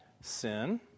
sin